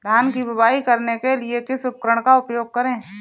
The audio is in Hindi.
धान की बुवाई करने के लिए किस उपकरण का उपयोग करें?